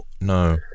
no